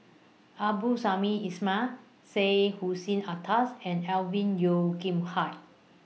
Abdul Samad Ismail Syed Hussein Alatas and Alvin Yeo Khirn Hai